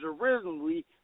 originally